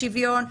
השוויון.